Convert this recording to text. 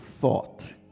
thought